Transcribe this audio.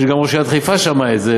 וגם ראש עיריית חיפה שמע את זה,